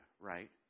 right